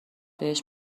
بهش